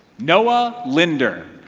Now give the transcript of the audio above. noah linder.